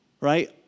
right